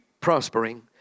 prospering